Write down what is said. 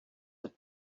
had